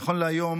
נכון להיום